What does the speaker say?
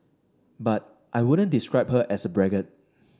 but I wouldn't describe her as a braggart